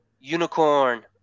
UNICORN